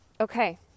okay